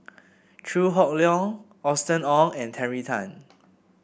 Chew Hock Leong Austen Ong and Terry Tan